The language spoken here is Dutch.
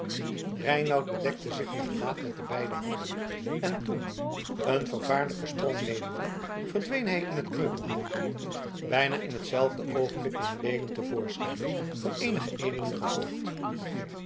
reinout bedekte zich het gelaat met de beide handen en toen een vervaarlijken sprong nemende verdween hij in het kreupelhout bijna in hetzelfde oogenblik kwam adeelen te voorschijn van eenige edelen gevolgd